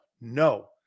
No